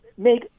make